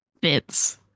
Bits